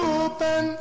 open